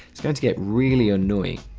it's going to get really annoying.